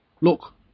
Look